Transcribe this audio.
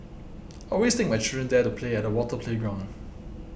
always take my children there to play at the water playground